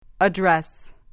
Address